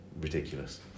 ridiculous